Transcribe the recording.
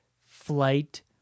flight